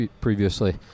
previously